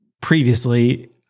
previously